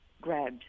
grabbed